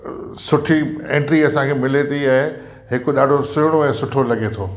सुठी एंट्री असांखे मिले थी ऐं हिकु ॾाढो सुहिणो ऐं सुठो लॻे थो